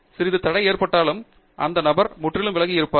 சிறிய தடை ஏற்பட்டாலும் அந்த நபரை முற்றிலும் விலகி இருப்பார்